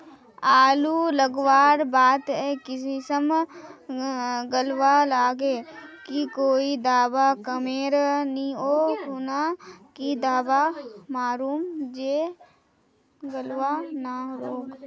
आलू लगवार बात ए किसम गलवा लागे की कोई दावा कमेर नि ओ खुना की दावा मारूम जे गलवा ना लागे?